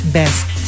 best